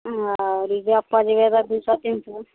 ओ रिजर्वपर जएबै तऽ दुइ सओ तीन सओ